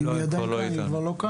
היא כבר לא כאן?